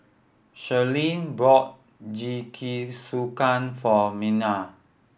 Sherilyn brought Jingisukan for Mena